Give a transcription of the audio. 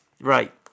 Right